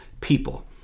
people